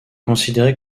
considéré